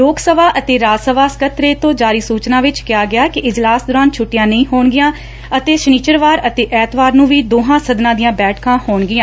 ਲੋਕ ਸਭਾ ਅਤੇ ਰਾਜ ਸਭਾ ਸਕੱਤਰਰੇਤ ਤੋ ਜਾਰੀ ਸੁਚਨਾ ਵਿਚ ਕਿਹਾ ਗਿਐ ਕਿ ਇਜਲਾਸ ਦੌਰਾਨ ਛੱਟੀਆਂ ਨਹੀ ਹੋਣਗੀਆਂ ਅਤੇ ਸ਼ਨਿਚਰਵਾਰ ਅਤੇ ਐਤਵਾਰ ਨੰ ਵੀ ਦੋਹਾਂ ਸਦਨਾਂ ਦੀਆਂ ਬੈਠਕਾਂ ਹੋਣਗੀਆਂ